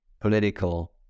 political